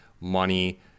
money